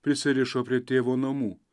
prisirišo prie tėvo namų